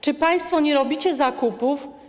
Czy państwo nie robicie zakupów?